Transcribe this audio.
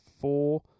four